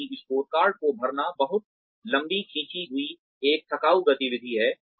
क्योंकि स्कोरकार्ड को भरना बहुत लंबी खींची हुई एक थकाऊ गतिविधि है